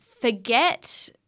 forget